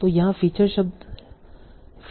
तो यहाँ फीचर शब्द फीचर्स का बैग हो सकता है